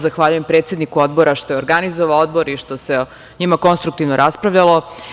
Zahvaljujem predsedniku Odbora što je organizovao Odbor i što se o njima konstruktivno raspravljalo.